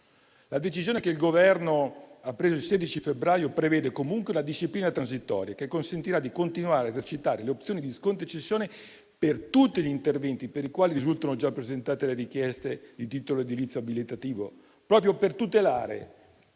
La decisione che il Governo ha preso il 16 febbraio prevede comunque la disciplina transitoria, che consentirà di continuare a esercitare le opzioni di sconto e cessione per tutti gli interventi per i quali risultano già presentate le richieste di titolo edilizio abilitativo, proprio per tutelare